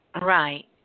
Right